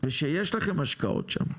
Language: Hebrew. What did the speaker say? ושיש לכם השקעות שם,